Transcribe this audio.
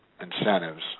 incentives